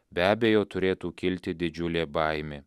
be abejo turėtų kilti didžiulė baimė